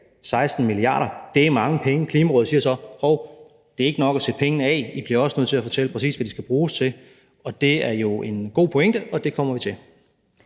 16 mia. kr., af – det er mange penge – og Klimarådet siger så: Hov, det er ikke nok at sætte pengene af; I bliver også nødt til at fortælle, præcis hvad de skal bruges til. Det er jo en god pointe, og det kommer vi til